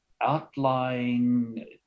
outlying